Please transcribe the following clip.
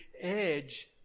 edge